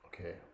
Okay